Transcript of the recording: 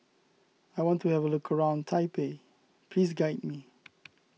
I want to have a look around Taipei please guide me